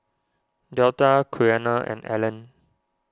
Delta Quiana and Allen